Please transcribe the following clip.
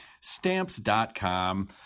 Stamps.com